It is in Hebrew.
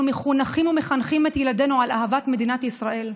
אנחנו מחונכים ומחנכים את ילדינו על אהבת מדינת ישראל.